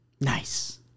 Nice